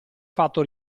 fatto